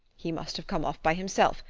he must have come off by himself,